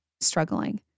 struggling